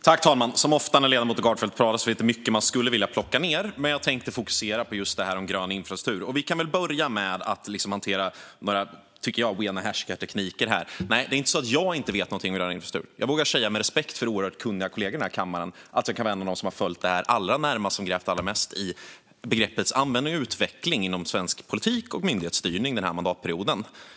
Fru talman! Som ofta när ledamoten Gardfjell pratar finns det mycket man skulle vilja plocka ned, men jag tänkte fokusera på det här om grön infrastruktur. Vi kan väl börja med att hantera några, tycker jag, rena härskartekniker här. Nej, det är inte så att jag inte vet något om grön infrastruktur. Jag vågar säga, med respekt för mina oerhört kunniga kollegor här i kammaren, att jag kan vara en av dem som har följt det här allra närmast och grävt allra mest i begreppets användning och utveckling inom svensk politik och myndighetsstyrning den här mandatperioden.